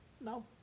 No